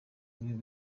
biri